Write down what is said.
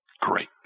Great